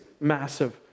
massive